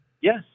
Yes